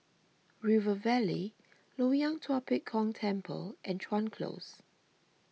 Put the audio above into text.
River Valley Loyang Tua Pek Kong Temple and Chuan Close